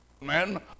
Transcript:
Man